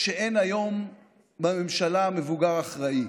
שאין היום בממשלה מבוגר אחראי.